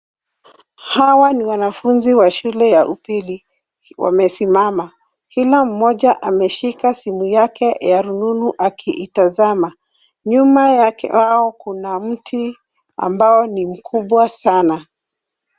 Hawa ni wanafunzi wa shule ya upili wamesimama. Kila mmoja ameshika simu yake ya rununu akiitazama. Nyuma yao kuna mti ambao ni mkubwa sana.